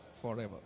Forever